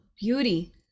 beauty